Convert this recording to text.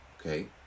okay